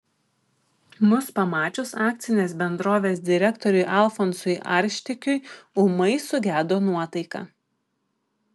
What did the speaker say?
mus pamačius akcinės bendrovės direktoriui alfonsui arštikiui ūmai sugedo nuotaika